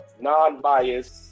non-biased